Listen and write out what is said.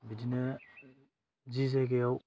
बिदिनो जि जायगायाव